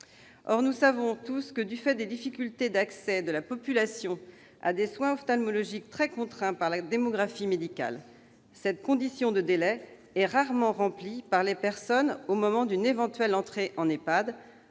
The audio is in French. Or nous savons tous que, du fait des difficultés d'accès de la population à des soins ophtalmologiques très contraints par la démographie médicale, cette condition de délai est rarement remplie au moment d'une entrée en EHPAD.